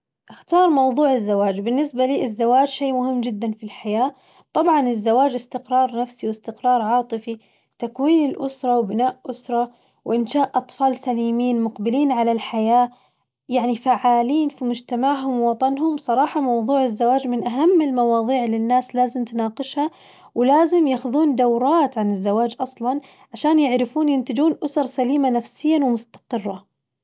أختار موظوع الزواج بالنسبة لي الزواج شي مهم جداً في الحياة، طبعاً الزواج استقرار نفسي واستقرار عاطفي تكوين الأسرة وبناء أسرة وإنشاء أطفال سليمين مقبلين على الحياة يعني فعالين في مجتمعهم ووطنهم، صراحة موظوع الزواج من أهم المواظيع اللي الناس لازم تناقشها ولازم ياخذون دورات عن الزواج أصلاً عشان يعرفون ينتجون أسر سليمة نفسياً ومستقرة.